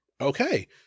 Okay